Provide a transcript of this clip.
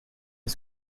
est